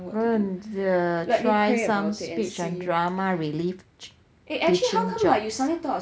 oh um err try some speech and drama relate~ teaching jobs